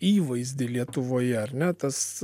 įvaizdį lietuvoje ar ne tas